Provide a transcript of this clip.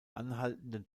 anhaltenden